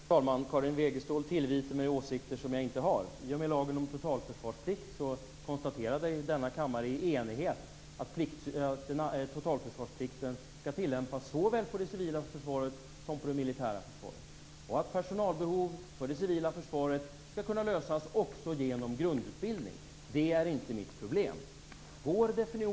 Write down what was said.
Fru talman! Karin Wegestål tillvitar mig åsikter som jag inte har. I och med beslutet om lagen om totalförsvarsplikt konstaterade denna kammare i enighet att totalförsvarsplikten skall tillämpas såväl på det civila försvaret som på det militära försvaret. Personalbehov för det civila försvaret skall kunna lösas också genom grundutbildning. Det är inte det som är mitt problem.